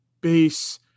base